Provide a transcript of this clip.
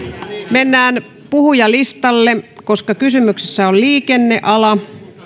mennään puhujalistalle koska kysymyksessä on liikenneala